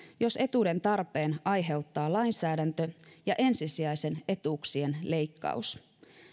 jos etuuden tarpeen aiheuttaa lainsäädäntö ja ensisijaisten etuuksien leikkaus